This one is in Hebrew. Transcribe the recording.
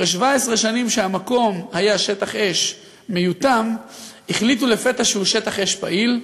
אחרי 17 שנה שהמקום היה שטח אש מיותם החליטו לפתע שהוא שטח אש פעיל,